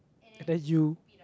and then you